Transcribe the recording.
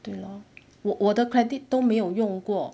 对 lor 我的 credit 都没有用过